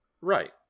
right